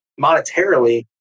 monetarily